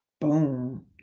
Boom